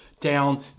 down